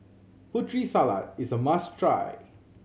Putri Salad is a must try